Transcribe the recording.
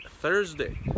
Thursday